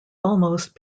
almost